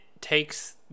takes